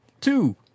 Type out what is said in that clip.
two